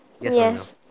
Yes